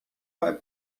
vai